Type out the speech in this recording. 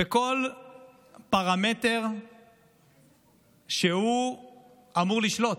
בכול פרמטר שהוא אמור לשלוט.